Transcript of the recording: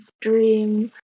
Dream